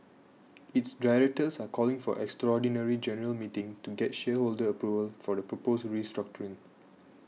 its directors are calling for an extraordinary general meeting to get shareholder approval for the proposed restructuring